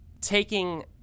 taking